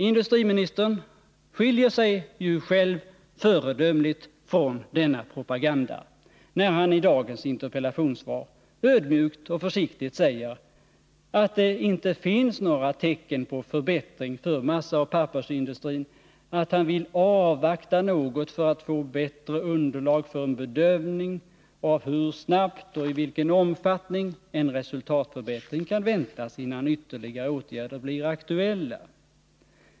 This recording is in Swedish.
Industriministern skiljer sig själv föredömligt från denna propaganda, när hanii dagens interpellationssvar ödmjukt och försiktigt säger att det inte finns några tecken på förbättring för massaoch pappersindustrin, att han vill avvakta något för att få bättre underlag för en bedömning av hur snabbt och i vilken omfattning en resultatförbättring kan väntas, innan ytterligare åtgärder blir aktuella.